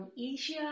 Asia